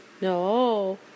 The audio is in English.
No